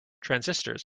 transistors